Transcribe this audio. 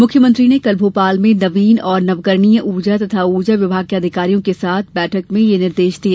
मुख्यमंत्री ने कल भोपाल में नवीन एवं नवकरणीय ऊर्जा तथा ऊर्जा विभाग के अधिकारियों के साथ बैठक में यह निर्देश दिए